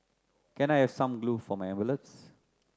can I have some glue for my envelopes